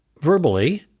verbally